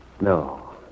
No